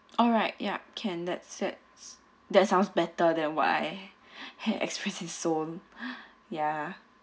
alright yup can that's it that sounds better than what I had expected so ya